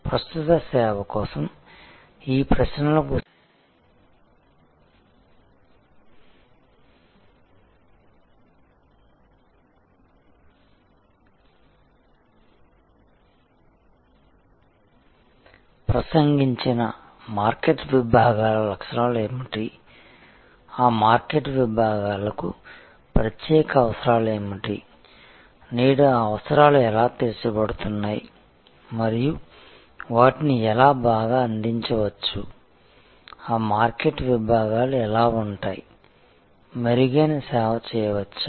ప్రస్తుత సేవ కోసం ఈ ప్రశ్నలకు సమాధానమివ్వడానికి ప్రసంగించిన మార్కెట్ విభాగాల లక్షణాలు ఏమిటి ఆ మార్కెట్ విభాగాలకు ప్రత్యేక అవసరాలు ఏమిటి నేడు ఆ అవసరాలు ఎలా తీర్చబడుతున్నాయి మరియు వాటిని ఎలా బాగా అందించవచ్చు ఆ మార్కెట్ విభాగాలు ఎలా ఉంటాయి మెరుగైన సేవ చేయవచ్చా